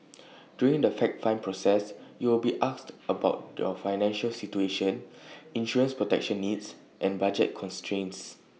during the fact find process you will be asked about your financial situation insurance protection needs and budget constraints